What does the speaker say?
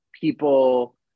people –